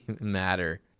matter